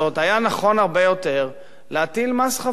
היה נכון הרבה יותר להטיל מס חברות,